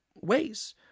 ways